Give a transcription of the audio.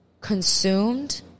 consumed